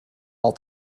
all